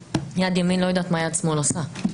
יד ימין לא יודעת מה שמאל עושה.